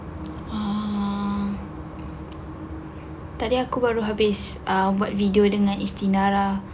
ah tadi aku baru habis buat video dengan istiana lah